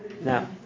Now